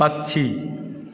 पक्षी